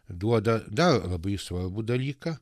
duoda dar labai svarbų dalyką